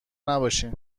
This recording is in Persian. نباشین